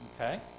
Okay